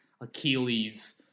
Achilles